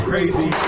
Crazy